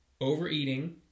Overeating